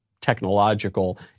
technological